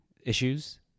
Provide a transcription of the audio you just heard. issues